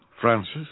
Francis